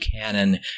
canon